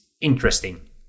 interesting